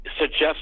suggest